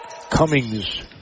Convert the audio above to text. Cummings